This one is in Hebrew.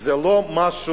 זה לא משהו,